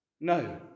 No